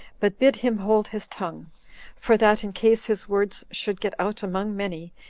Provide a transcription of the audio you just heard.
but bid him hold his tongue for that in case his words should get out among many,